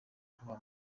hambere